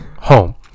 home